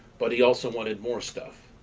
but he also wanted more stuff.